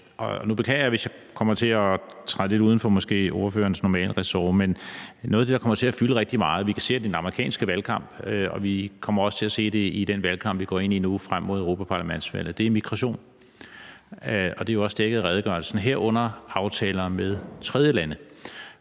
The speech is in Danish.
om. Nu beklager jeg, hvis jeg kommer til at træde lidt uden for ordførerens normale ressort, men noget af det, der kommer til at fylde rigtig meget – vi kan se det i den amerikanske valgkamp, og vi kommer også til at se det i den valgkamp, vi går ind i nu frem mod europaparlamentsvalget – er migration, og det er også dækket i redegørelsen, herunder aftaler med tredjelande.